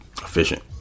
efficient